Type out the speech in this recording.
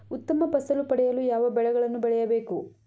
ಉತ್ತಮ ಫಸಲು ಪಡೆಯಲು ಯಾವ ಬೆಳೆಗಳನ್ನು ಬೆಳೆಯಬೇಕು?